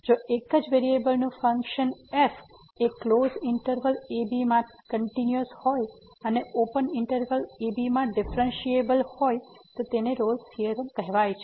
જો એક જ વેરીએબલ નું ફંક્શન f એ ક્લોઝ ઈંટરવલ ab માં કંટીન્યુયસ હોય અને ઓપન ઈંટરવલ ab માં ડિફ્રેન્સીએબલ હોય તો તેને રોલ્સRolle's થીયોરમ કહેવાય છે